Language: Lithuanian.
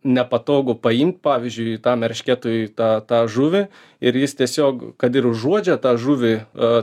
nepatogu paimt pavyzdžiui tam eršketui tą tą žuvį ir jis tiesiog kad ir užuodžia tą žuvį o